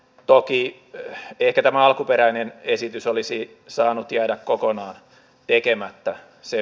kotiin lähteekö tämä alkuperäinen esitys olisi saanut jäädä kokonaan tekemättä se